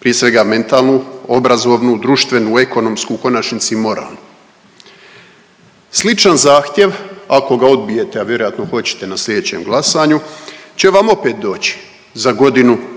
prije svega mentalnu, obrazovnu, društvenu, ekonomsku, u konačnici moralnu. Sličan zahtjev ako ga odbijete, a vjerojatno hoćete na slijedećem glasanju će vam opet doći za godinu,